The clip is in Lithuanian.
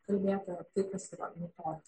kalbėtojo ir tai kas yra nutolęs